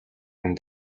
хүн